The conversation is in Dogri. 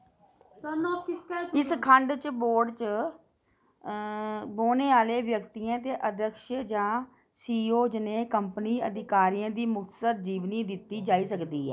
इस खंड च बोर्ड च बौह्ने आह्ले व्यक्तियें ते अध्यक्ष जां सी ई ओ जनेह् कंपनी अधिकारियें दी मुखत्सर जीवनी दित्ती जाई सकदी ऐ